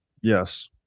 Yes